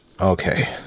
Okay